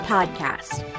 Podcast